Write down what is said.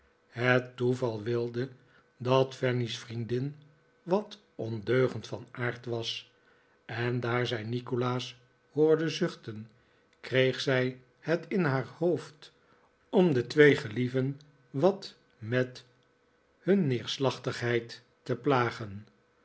het toeval wilde dat fanny's vriendin wat ondeugend van aard was en daar zij nikolaas hoorde zuchteri kreeg zij het in haar hoofd om de twee gelieven wat met hun neerslachtigheid te plagen